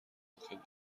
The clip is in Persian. وقتاخیلی